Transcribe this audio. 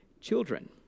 children